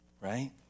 right